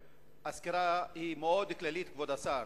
הסקירה היא מאוד כללית, כבוד השר.